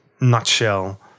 nutshell